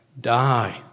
Die